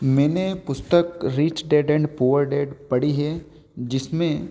मैंने पुस्तक rich dad और पुअर डैड पढ़ी है जिसमें